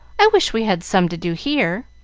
i wish we had some to do here.